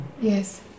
Yes